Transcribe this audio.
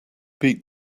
beat